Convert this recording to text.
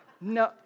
No